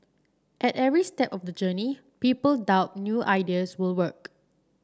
at every step of the journey people doubt new ideas will work